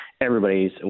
Everybody's